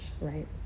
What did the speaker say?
right